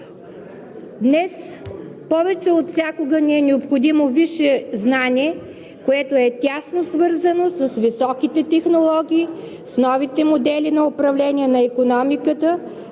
Днес повече от всякога ни е необходимо висше знание, което е тясно свързано с високите технологии, с новите модели на управление на икономиката,